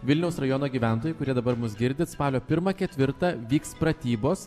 vilniaus rajono gyventojai kurie dabar mus girdit spalio pirmą ketvirtą vyks pratybos